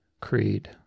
Creed